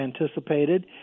anticipated